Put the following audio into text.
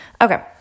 Okay